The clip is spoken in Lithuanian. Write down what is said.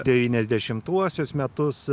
devyniasdešimtuosius metus